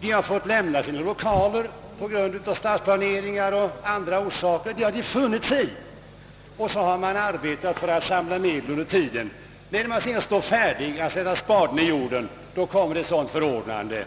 De har kanske på grund av stadsplanering och andra orsaker fått lämna sina gamla lokaler. Det har de funnit sig i. Under tiden har man arbetat och samlat in pengar för ett nybygge. När man sedan står färdig att sätta spaden i jorden, så kommer nu denna skatteförordning.